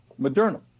Moderna